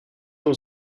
not